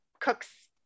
cooks